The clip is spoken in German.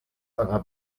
eurer